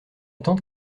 tante